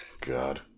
God